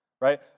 right